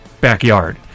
backyard